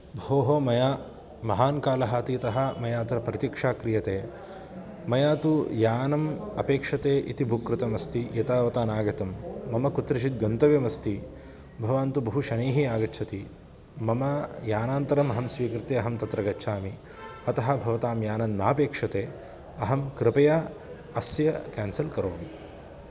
भोः मया महान् कालः अतीतः मया अत्र प्रतीक्षा क्रियते मया तु यानम् अपेक्ष्यते इति बुक् कृतमस्ति एतावता नगरं मम कुत्रचित् गन्तव्यमस्ति भवान् तु बहु शनैः आगच्छति मम यानान्तरम् अहं स्वीकृत्य अहं तत्र गच्छामि अतः भवतां यानं नापेक्ष्यते अहं कृपया अस्य केन्सल् करोमि